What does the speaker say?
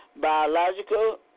biological